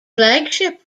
flagship